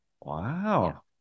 Wow